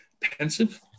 pensive